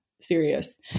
serious